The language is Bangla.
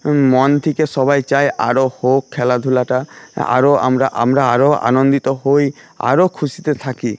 মন থেকে সবাই চায় আরো হোক খেলাধূলাটা আরো আমরা আমরা আরো আনন্দিত হই আরো খুশিতে থাকি